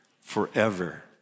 forever